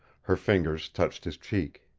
her fingers touched his cheek.